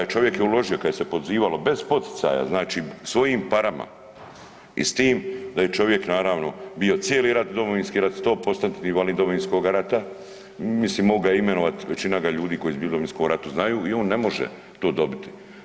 Čovjek je uložio kad se je potpisivalo bez poticaja, znači svojim parama i s tim da je čovjek naravno bio cijeli rat, Domovinski rat, 100%-tni invalid Domovinskog rata, mislim mogu ga imenovat, većina ga ljudi koji su bili u Domovinskom ratu znaju i on ne može to dobiti.